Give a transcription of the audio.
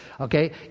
Okay